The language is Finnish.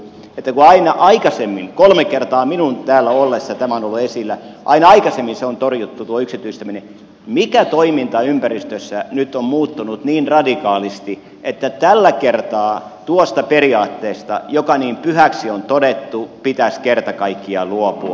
kun aina aikaisemmin kolme kertaa minun täällä ollessani tämä on ollut esillä tuo yksityistäminen on torjuttu mikä toimintaympäristössä nyt on muuttunut niin radikaalisti että tällä kertaa tuosta periaatteesta joka niin pyhäksi on todettu pitäisi kerta kaikkiaan luopua